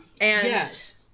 Yes